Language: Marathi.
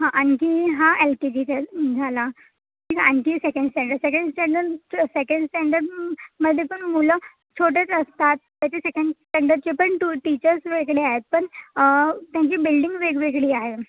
हां आणखी हां एल के जीचे झाला ठीक आहे आणखी सेकंड स्टँडर्ड सेकंड स्टँडर्डचं सेकंड स्टँडर्ड मध्ये पण मुलं छोटेच असतात त्याचे सेकंड स्टँडर्डचे पण टू टीचर्स वेगळे आहेत पण त्यांची बिल्डिंग वेगवेगळी आहे